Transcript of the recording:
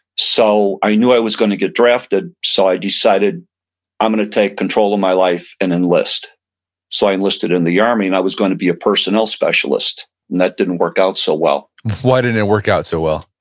so i knew i was gonna get drafted so i decided i'm gonna take control of my life and enlist so i enlisted in the army and i was going to be a personnel specialist and that didn't work out so well why didn't it and work out so well?